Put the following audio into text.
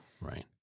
Right